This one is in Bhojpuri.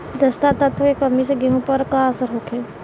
जस्ता तत्व के कमी से गेंहू पर का असर होखे?